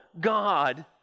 God